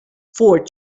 four